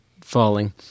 falling